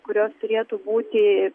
kurios turėtų būti